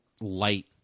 Light